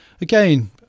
again